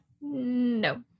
no